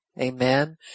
Amen